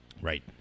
right